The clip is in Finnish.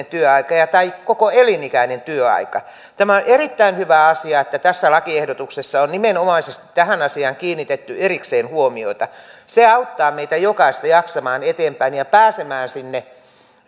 työaika tai koko elinikäinen työaika on erittäin hyvä asia että tässä lakiehdotuksessa on nimenomaisesti tähän asiaan kiinnitetty erikseen huomiota se auttaa meitä jokaista jaksamaan eteenpäin ja pääsemään sinne